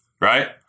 right